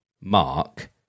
Mark